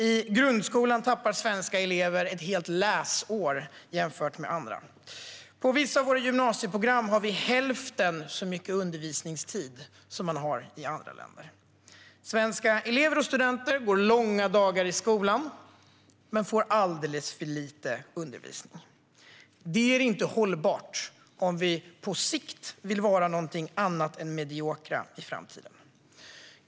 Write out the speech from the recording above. I grundskolan tappar svenska elever ett helt läsår jämfört med andra. På vissa av våra gymnasieprogram har vi hälften så mycket undervisningstid som man har i andra länder. Svenska elever och studenter går långa dagar i skolan men får alldeles för lite undervisning. Detta är inte hållbart om vi på sikt vill vara något annat än mediokra.